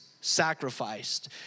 sacrificed